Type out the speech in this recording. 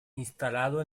instalado